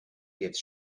gives